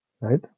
right